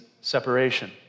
separation